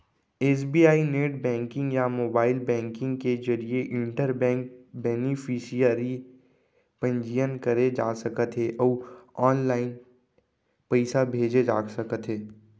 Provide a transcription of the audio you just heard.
SBI net banking या mobile banking के जरिए इंटर बेंक बेनिफिसियरी पंजीयन करे जा सकत हे अउ ऑनलाइन पइसा भेजे जा सकत हे